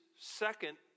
second